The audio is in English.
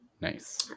Nice